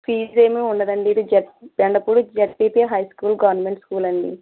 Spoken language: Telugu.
ఫీజ్ ఏమి ఉండదండి ఇది Z Bendapudi ZPP high school government school అండి